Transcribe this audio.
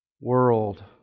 world